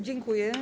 Dziękuję.